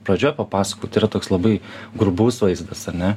pradžioj papasakojau tai yra toks labai grubus vaizdas ar ne